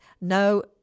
no